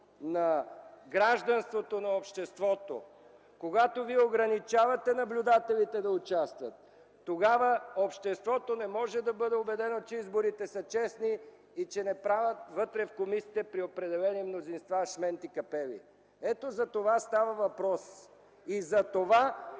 на гражданството, на обществото. Когато вие ограничавате наблюдателите да участват, тогава обществото не може да бъде убедено, че изборите са честни и че вътре в комисиите при определено мнозинство не се правят „шменди капели”. Ето, за това става въпрос. Затова